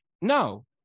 no